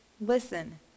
listen